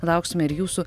lauksime ir jūsų